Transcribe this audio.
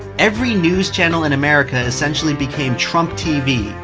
every news channel in america essentially became trump tv.